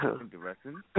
Interesting